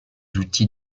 outils